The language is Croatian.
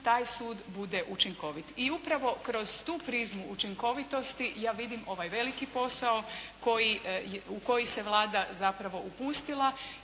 taj sud bude učinkovit. I upravo kroz tu prizmu učinkovitosti ja vidim ovaj veliki posao u koji se Vlada zapravo upustila